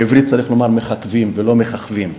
בעברית צריך לומר מככּבים ולא מככבים,